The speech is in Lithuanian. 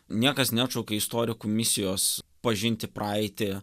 niekas neatšaukė istorikų misijos pažinti praeitį